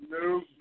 no